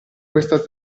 questa